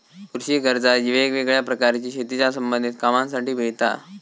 कृषि कर्जा वेगवेगळ्या प्रकारची शेतीच्या संबधित कामांसाठी मिळता